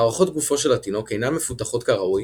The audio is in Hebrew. מערכות גופו של התינוק אינן מפותחות כראוי,